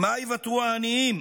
עם מה ייוותרו העניים?